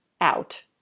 out